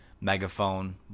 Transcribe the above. Megaphone